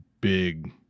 big